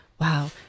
wow